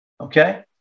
Okay